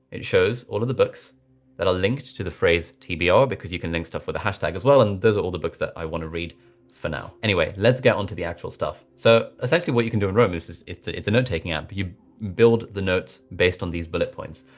it shows all of the books that are linked to the phrase tbr, because you can think stuff with the hashtag as well. and those are all the books that i wanna read for now. anyway, let's get onto the actual stuff. so essentially what you can do in roam is is it's it's a note taking app, but you build the notes based on these bullet points.